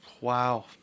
Wow